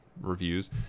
Reviews